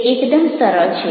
તે એકદમ સરળ છે